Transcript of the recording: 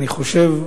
אני חושב,